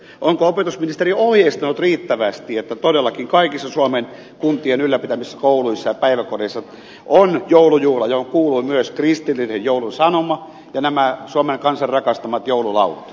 onko opetusministeri ohjeistanut riittävästi että todellakin kaikissa suomen kuntien ylläpitämissä kouluissa ja päiväkodeissa on joulujuhla johon kuuluvat myös kristillinen joulun sanoma ja nämä suomen kansan rakastamat joululaulut